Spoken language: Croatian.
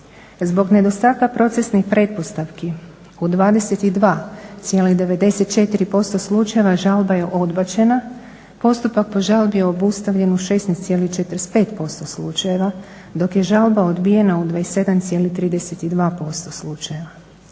Zbog nedostatka procesnih pretpostavki u 22,94% slučajeva žalba je odbačena, postupak po žalbi je obustavljen u 16,45% slučajeva, dok je žalba odbijena u 27,32% slučajeva.